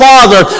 Father